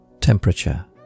Temperature